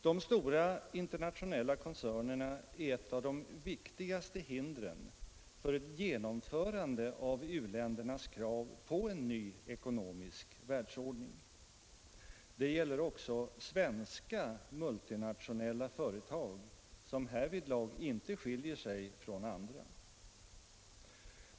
De stora internationella koncernerna är ett av de viktigaste hindren för ett genomförande av u-ländernas krav på en ny ekonomisk världsordning. Det gäller också svenska multinationella företag som härvidlag inte skiljer sig från andra.